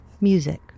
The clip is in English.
music